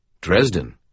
Dresden